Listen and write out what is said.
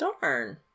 darn